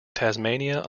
tasmania